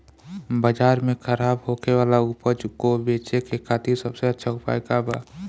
बाजार में खराब होखे वाला उपज को बेचे के खातिर सबसे अच्छा उपाय का बा?